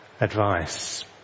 advice